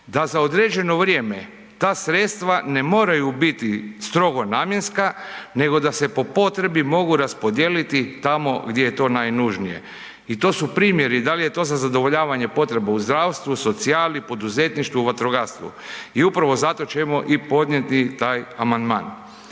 da za određeno vrijeme ta sredstva ne moraju biti strogo namjenska nego da se po potrebi mogu raspodijeliti tamo gdje je to najnužnije. I to su primjeri, dal je to za zadovoljavanje potreba u zdravstvu, socijali, poduzetništvu, vatrogastvu. I upravo zato ćemo i podnijeti taj amandman.